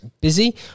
busy